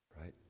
right